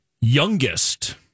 Youngest